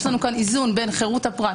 יש לנו פה איזון בין חירות הפרט,